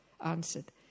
answered